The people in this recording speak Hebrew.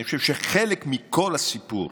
אני חושב שחלק מכל הסיפור,